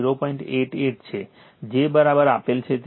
88 છે j આપેલ છે